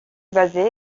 basé